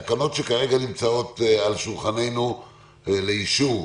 התקנות שכרגע נמצאות על שולחננו לאישור,